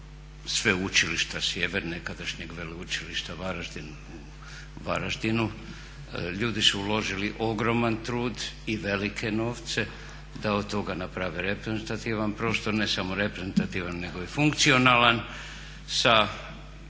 Sveučilišta Sjever, nekadašnjeg Veleučilišta u Varaždinu, ljudi su uložili ogroman trud i velike novce da od toga naprave reprezentativan prostor, ne samo reprezentativan nego i funkcionalan sa